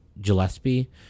Gillespie